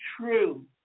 true